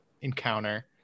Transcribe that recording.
encounter